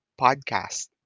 podcast